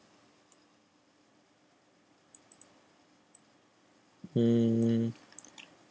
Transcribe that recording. hmm